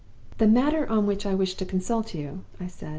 the matter on which i wish to consult you i said,